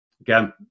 Again